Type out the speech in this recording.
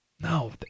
no